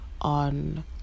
on